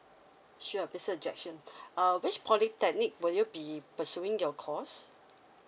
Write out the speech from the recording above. sure mister jackson uh which polytechnic will you be pursuing your course